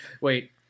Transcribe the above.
wait